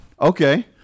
Okay